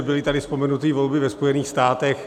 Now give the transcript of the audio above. Byly tady vzpomenuty volby ve Spojených státech.